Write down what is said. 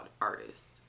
artist